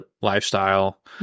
lifestyle